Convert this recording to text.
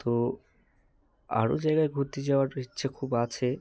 তো আরও জায়গায় ঘুরতে যাওয়ার ইচ্ছে খুব আছে